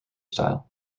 style